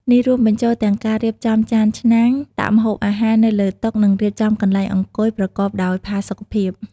នេះរួមបញ្ចូលទាំងការរៀបចំចានឆ្នាំង ដាក់ម្ហូបអាហារនៅលើតុ និងរៀបចំកន្លែងអង្គុយប្រកបដោយផាសុកភាព។